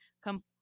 come